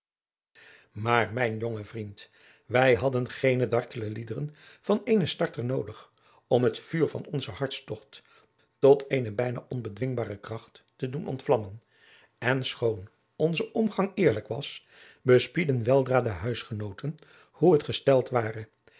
maar mijn jonge vriend wij hadden geene dartele liederen van eenen starter noodig om het vuur van onzen hartstogt tot eene bijna onbedwingbare kracht te doen ontvlammen en schoon onze omgang eerlijk was bespiedden weldra de huisgenooten hoe het gesteld ware